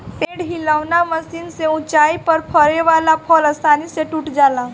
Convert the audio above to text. पेड़ हिलौना मशीन से ऊंचाई पर फरे वाला फल आसानी से टूट जाला